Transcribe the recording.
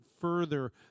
further